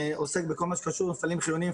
עוסק בכל מה שקשור למפעלים חיוניים,